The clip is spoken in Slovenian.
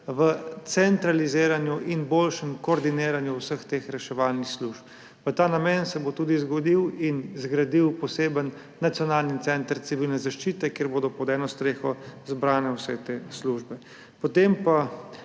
v centraliziranju in boljšem koordiniranju vseh teh reševalnih služb. V ta namen se bo tudi zgodil in zgradil poseben nacionalni center civilne zaščite, kjer bodo pod eno streho zbrane vse te službe. Potem pa